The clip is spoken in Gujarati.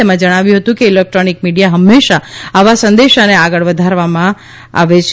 તેમાં જણાવ્યું હતું કે ઇલેક્ટ્રોનિક મીડિયા હંમેશા આવા સંદેશાને આગળ વધારવામાં આવે છે